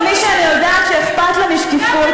כמי שאני יודעת שאכפת לה משקיפות,